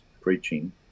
preaching